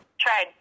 tried